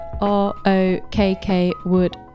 r-o-k-k-wood